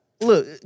Look